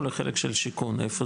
או לחלק של שיכון,